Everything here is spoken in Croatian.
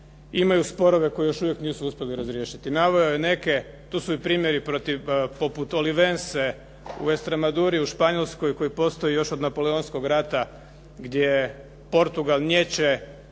imaju sporove koje još uvijek nisu uspjeli razriješiti. Naveo je neke, tu su i primjeri poput Olivense u Estramaduri u Španjolskoj koji postoji još od Napoleonskog rata gdje Portugal niječe